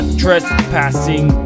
trespassing